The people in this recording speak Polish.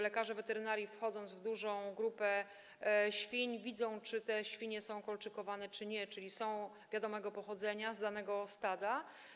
Lekarze weterynarii, wchodząc w dużą grupę świń, widzą, czy te świnie są kolczykowane, czy nie, czyli czy są wiadomego pochodzenia, z danego stada.